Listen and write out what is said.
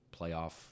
playoff